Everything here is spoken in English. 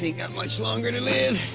got much longer to live.